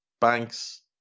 banks